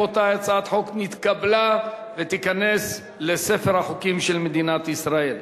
הצעת החוק נתקבלה ותיכנס לספר החוקים של מדינת ישראל.